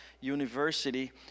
University